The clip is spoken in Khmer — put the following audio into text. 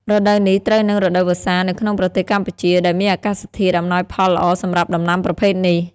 រដូវនេះត្រូវនឹង រដូវវស្សា នៅក្នុងប្រទេសកម្ពុជា ដែលមានអាកាសធាតុអំណោយផលល្អសម្រាប់ដំណាំប្រភេទនេះ។